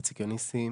איציק יונסי,